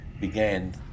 began